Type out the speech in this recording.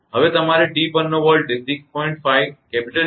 હવે તમારે t પરનો વોલ્ટેજ 6